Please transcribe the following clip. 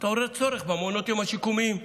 התעורר צורך במעונות היום השיקומיים.